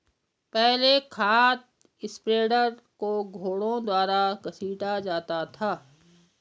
पहले खाद स्प्रेडर को घोड़ों द्वारा घसीटा जाता था